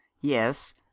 yes